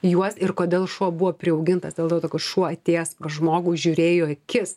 juos ir kodėl šuo buvo priaugintas dėl to kad šuo atėjęs pas žmogų žiūrėjo į akis